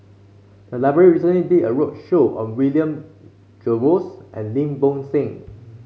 the library recently did a roadshow on William Jervois and Lim Bo Seng